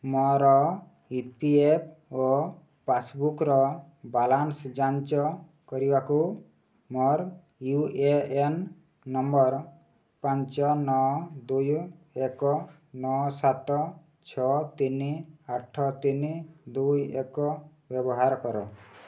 ମୋର E P F O ପାସ୍ବୁକ୍ର balance ଯାଞ୍ଚ କରିବାକୁ ମୋର ୟୁ ଏ ଏନ୍ ନମ୍ବର୍ ପାଞ୍ଚ ନଅ ଦୁଇ ଏକ ନଅ ସାତ ଛଅ ତିନି ଆଠ ତିନି ଦୁଇ ଏକ ବ୍ୟବହାର କର